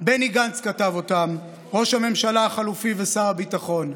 בני גנץ כתב אותן, ראש הממשלה החלופי ושר הביטחון.